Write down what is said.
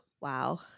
wow